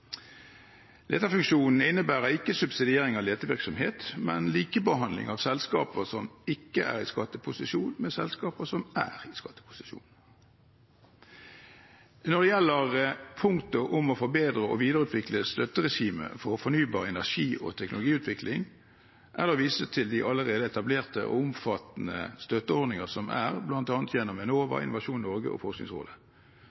innebærer ikke subsidiering av letevirksomhet, men likebehandling av selskaper som ikke er i skatteposisjon, med selskaper som er i skatteposisjon. Når det gjelder punktet om å forbedre og videreutvikle støtteregimet for fornybar energi og teknologiutvikling, er det å vise til de allerede etablerte og omfattende støtteordninger som er, bl.a. gjennom